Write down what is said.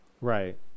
Right